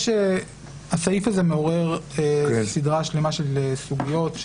הסעיף זה מעורר סדרה שלמה של סוגיות,